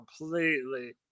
completely